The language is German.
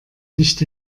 nicht